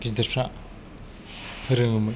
गिदिरफोरा फोरोङोमोन